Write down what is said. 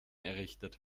errichtet